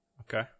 Okay